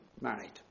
married